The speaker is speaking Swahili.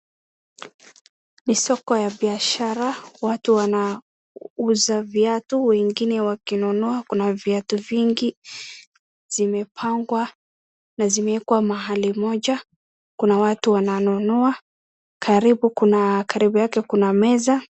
Ni soko ya biashara, watu wanauza viatu wengine wakinunua, kuna viatu vingi zimepangwa na zimewekwa mahali moja, Kuna watu wananunua, karibu kuna karibu yake kuna meza.